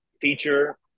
feature